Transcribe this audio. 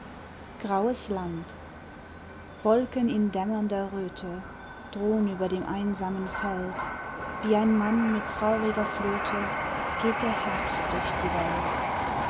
nahe unendlichkeit wolken in dämmernder röte drohn über dem einsamen feld wie ein mann mit trauriger flöte geht der herbst durch die welt